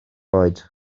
oed